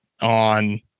on